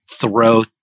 throw